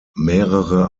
mehrere